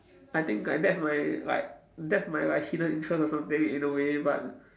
I think like that's my like that's my like hidden interest or something in a way but